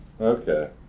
Okay